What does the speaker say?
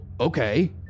okay